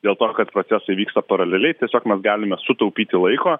dėl to kad procesai vyksta paraleliai tiesiog mes galime sutaupyti laiko